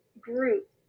group